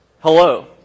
Hello